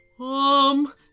Um